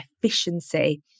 efficiency